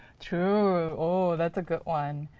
true. oh, that's a good one.